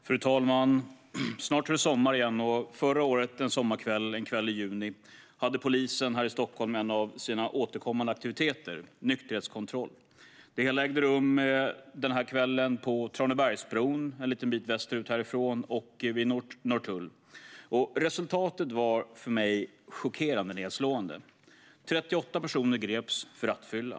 Fru talman! Snart är det sommar igen. Förra året hade polisen här i Stockholm en av sina återkommande aktiviteter, nykterhetskontroll, under en sommarkväll i juni. Det hela ägde den kvällen rum på Tranebergsbron, en liten bit västerut härifrån sett, och vid Norrtull. Resultatet var för mig chockerande nedslående. 38 personer greps för rattfylla.